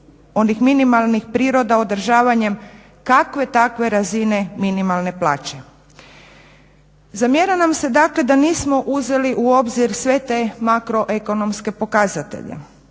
onih minimalnih priroda održavanjem kakve takve razine minimalne plaće. Zamjera nam se dakle da nismo uzeli u obzir sve te makroekonomske pokazatelje.